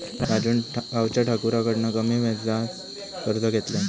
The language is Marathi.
राजून गावच्या ठाकुराकडना कमी व्याजात कर्ज घेतल्यान